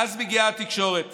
ואז מגיעה התקשורת